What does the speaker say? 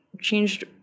changed